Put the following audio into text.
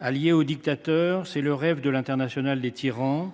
allié aux dictateurs est le rêve de l’internationale des tyrans,